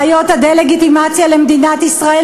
בעיות הדה-לגיטימציה של מדינת ישראל